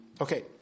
Okay